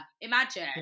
Imagine